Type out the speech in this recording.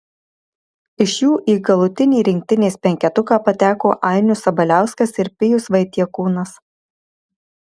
iš jų į galutinį rinktinės penketuką pateko ainius sabaliauskas ir pijus vaitiekūnas